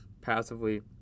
passively